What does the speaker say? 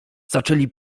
zaczęli